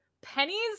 pennies